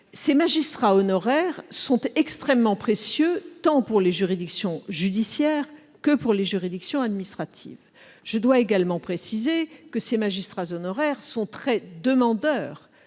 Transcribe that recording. Ces magistrats honoraires sont extrêmement précieux, tant pour les juridictions judiciaires que pour les juridictions administratives. Je dois également préciser que ces magistrats honoraires sont très demandeurs